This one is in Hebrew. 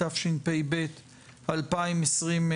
התשפ"ב-2022.